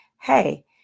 hey